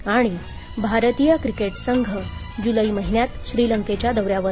आणि भारतीय क्रिकेट संघ जुलै महिन्यात श्रीलंकेच्या दौऱ्यावर